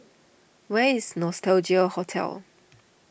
where is Nostalgia Hotel